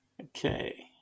Okay